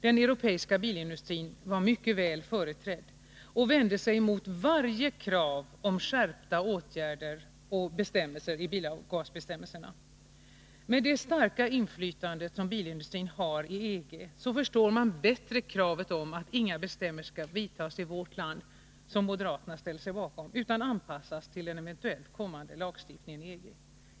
Den europeiska bilindustrin var mycket väl företrädd och vände sig mot varje krav om skärpningar i bilavgasbestämmelserna. Med tanke på det starka inflytande bilindustrin har i EG förstår man bättre kravet — som moderaterna ställer sig bakom — om att inga bestämmelser skall införas i vårt land utan att det skall bli en anpassning till den eventuellt kommande lagstiftningen i EG.